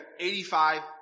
85